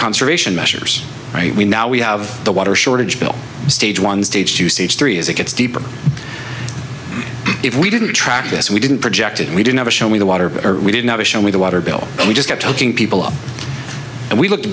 conservation measures right we now we have the water shortage bill stage one stage to stage three as it gets deeper if we didn't track this we didn't projected we didn't have a show me the water we didn't have a show me the water bill and we just kept looking people up and we look